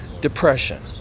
depression